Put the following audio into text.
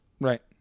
Right